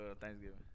Thanksgiving